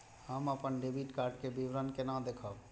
हम अपन debit card के विवरण केना देखब?